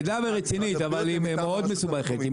כבדה ורצינית, אבל היא מאוד מסובכת.